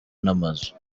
n’amazu